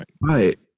Right